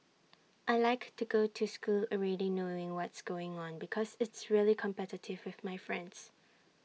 I Like to go to school already knowing what's going on because it's really competitive with my friends